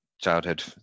childhood